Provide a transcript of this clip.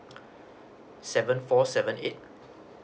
seven four seven eight